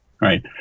right